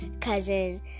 cousin